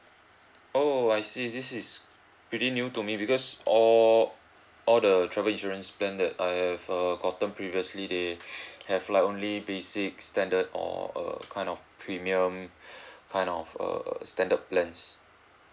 oh I see this is pretty new to me because all all the travel insurance plan that I have err gotten previously they have like only basic standard or uh kind of premium kind of a standard plans